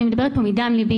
אני מדברת מדם לבי.